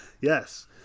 yes